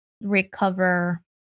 recover